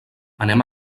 anem